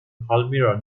palmyra